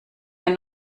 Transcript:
ein